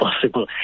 possible